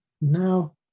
Now